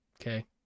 Okay